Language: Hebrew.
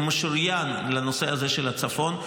והוא משוריין לנושא הזה של הצפון,